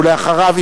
ואחריו,